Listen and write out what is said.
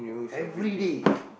everyday